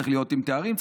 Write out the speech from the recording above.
צריך להיות עם תארים,